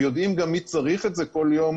הם יודעים גם מי צריך את זה כל יום,